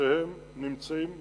נמצאים תמיד,